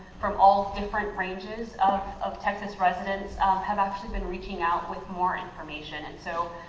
from all different ranges of of texas residents have actually been reaching out with more information. and so